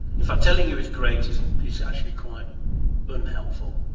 in fact, telling you, it's great, is and is actually quite unhelpful.